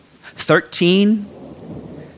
Thirteen